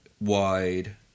wide